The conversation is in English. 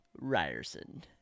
Ryerson